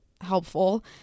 helpful